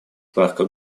парка